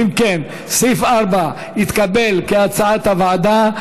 סעיף 4 התקבל, כהצעת הוועדה.